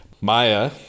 Maya